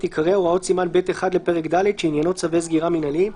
עיקרי הוראות סימן ב'1 לפרק ד' שעניינו צווי סגירה מנהליים,